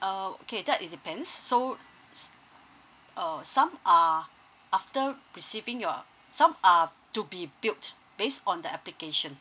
oh okay that is depends so it's um some are after um receiving your some are to be built based on the application